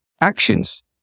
actions